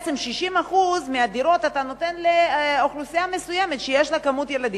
ובעצם אתה נותן 60% מהדירות לאוכלוסייה מסוימת שיש לה הרבה ילדים.